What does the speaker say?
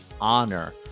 honor